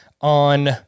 on